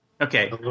okay